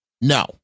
No